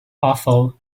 awful